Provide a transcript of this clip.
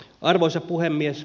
arvoisa puhemies